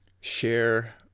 share